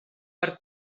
per